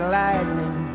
lightning